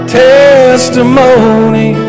testimony